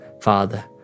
Father